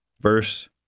verse